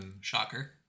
Shocker